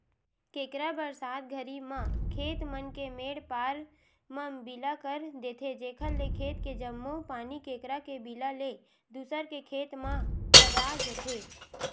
केंकरा बरसात घरी म खेत मन के मेंड पार म बिला कर देथे जेकर ले खेत के जम्मो पानी केंकरा के बिला ले दूसर के खेत म भगा जथे